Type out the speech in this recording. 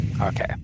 Okay